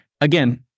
again